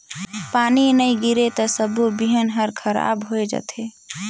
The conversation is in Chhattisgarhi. पानी नई गिरे त सबो बिहन हर खराब होए जथे